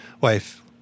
wife